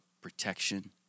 protection